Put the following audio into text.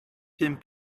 pum